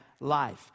life